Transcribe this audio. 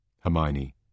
Hermione